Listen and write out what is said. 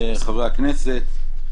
חברי הכנסת,